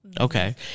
Okay